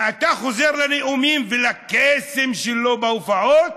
ואתה חוזר לנאומים ולקסם שלו בהופעות